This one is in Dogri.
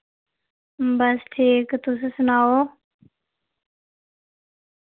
बस ठीक तुस सनाओ